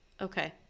Okay